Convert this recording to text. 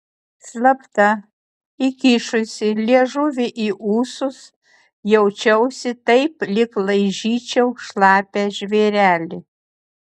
slapta įkišusi liežuvį į ūsus jaučiausi taip lyg laižyčiau šlapią žvėrelį